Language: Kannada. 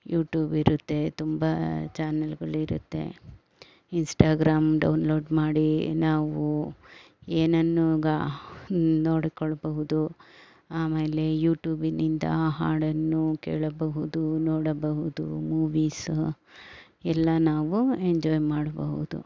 ಯೂಟೂಬಿರುತ್ತೆ ತುಂಬ ಚಾನೆಲ್ಗಳು ಇರುತ್ತೆ ಇನ್ಸ್ಟಾಗ್ರಾಮ್ ಡೌನ್ಲೋಡ್ ಮಾಡಿ ನಾವು ಏನನ್ನು ಗಾ ನೋಡಿಕೊಳ್ಳಬಹುದು ಆಮೇಲೆ ಯೂಟೂಬಿನಿಂದ ಹಾಡನ್ನು ಕೇಳಬಹುದು ನೋಡಬಹುದು ಮೂವೀಸ ಎಲ್ಲ ನಾವು ಎಂಜಾಯ್ ಮಾಡಬಹುದು